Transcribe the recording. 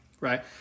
right